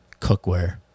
cookware